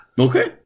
Okay